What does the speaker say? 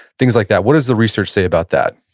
things like that. what does the research say about that?